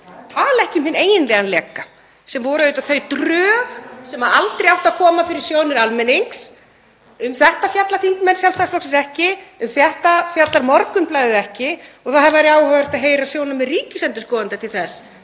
tala ekki um hinn eiginlega leka sem voru auðvitað þau drög sem aldrei áttu að koma fyrir sjónir almennings. Um þetta fjalla þingmenn Sjálfstæðisflokksins ekki, um þetta fjallar Morgunblaðið ekki og það væri áhugavert að heyra sjónarmið ríkisendurskoðanda til þess